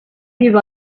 give